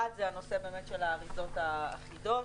1. הנושא של האריזות האחידות.